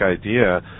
idea